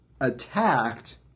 attacked